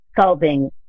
solving